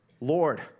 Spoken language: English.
Lord